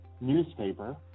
newspaper